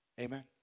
Amen